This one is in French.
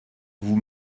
vous